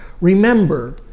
Remember